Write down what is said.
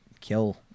kill